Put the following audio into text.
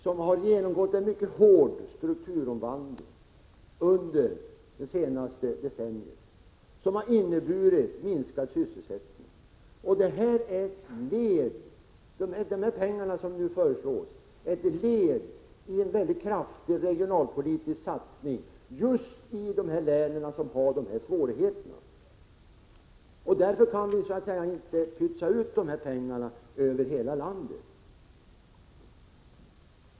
Den har genomgått en mycket hård strukturomvandling under de senaste decennierna som har inneburit minskad sysselsättning. De pengar som nu föreslås ingår som ett led i en väldigt kraftig regionalpolitisk satsning just i de län som har dessa svårigheter. Därför kan vi inte pytsa ut pengarna över hela landet.